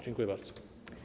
Dziękuję bardzo.